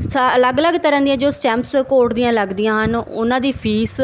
ਸਥਾ ਅਲੱਗ ਅਲੱਗ ਤਰ੍ਹਾਂ ਦੀਆਂ ਜੋ ਸਟੈਂਪਸ ਕੋਰਟ ਦੀਆਂ ਲੱਗਦੀਆਂ ਹਨ ਉਹਨਾਂ ਦੀ ਫੀਸ